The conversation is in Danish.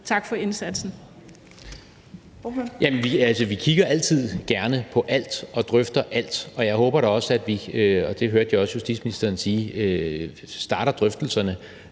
tak for indsatsen.